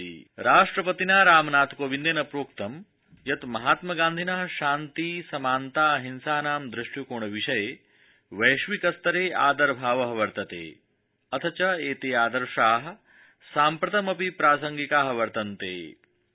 राष्ट्रपति गान्धी राष्ट्रपतिना रामनाथकोविन्देन प्रोक्तं यत् महात्मागान्धिनः शान्ति समानताऽहिंसानां दृष्टिकोण विषये वैश्विकस्तरे आदरभावः वर्तते अथ च एते आदर्शाः साम्प्रतमपि प्रासंगिकाः वर्तन्तते